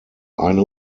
eine